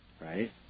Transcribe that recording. right